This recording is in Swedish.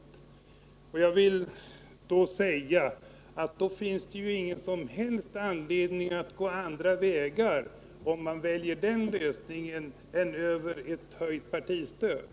Men om man väljer den lösningen finns det ingen som helst anledning att gå andra vägar än över ett höjt partistöd.